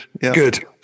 good